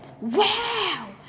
Wow